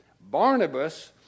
Barnabas